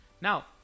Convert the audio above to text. Now